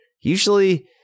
Usually